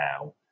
now